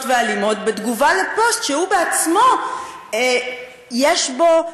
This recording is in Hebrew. ואלימות בתגובה על פוסט שהוא עצמו יש בו,